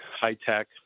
high-tech